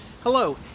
Hello